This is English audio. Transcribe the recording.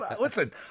Listen